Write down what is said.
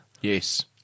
Yes